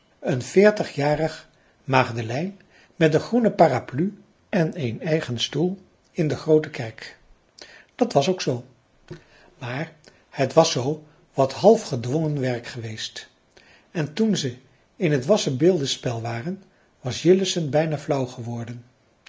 een veertigjarig maagdelijn met een groene paraplu en een eigen stoel in de groote kerk dat was dan ook zoo maar het was zoo wat half gedwongen werk geweest en toen ze in t wassenbeeldenspel waren was jillessen bijna flauw geworden